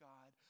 God